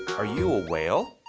are you a whale?